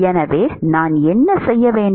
எனவே நான் என்ன செய்ய வேண்டும்